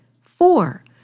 Four